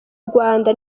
rwanda